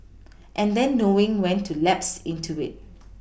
and then knowing when to lapse into it